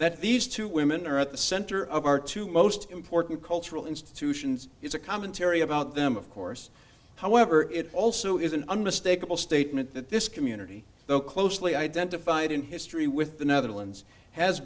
that these two women are at the center of our two most important cultural institutions it's a commentary about them of course however it also is an unmistakable statement that this community so closely identified in history with the netherlands has